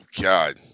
God